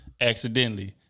Accidentally